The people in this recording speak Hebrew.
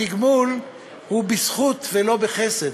התגמול הוא בזכות ולא בחסד.